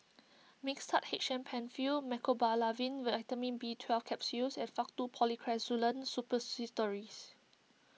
Mixtard H M Penfill Mecobalamin Vitamin B Twelve Capsules and Faktu Policresulen Suppositories